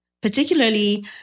Particularly